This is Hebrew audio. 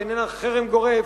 שאיננה חרם גורף